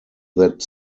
that